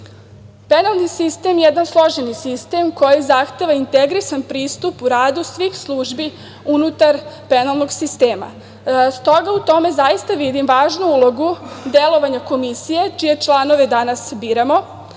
sistem je jedan složeni sistem koji zahteva integrisan pristup u radu svih službi unutar penalnog sistema. Stoga u tome zaista vidim važnu ulogu delovanja komisije čije članove danas biramo.